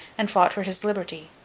and fought for his liberty,